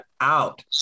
out